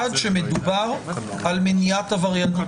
אבל עד שמדובר על מניעת עבריינות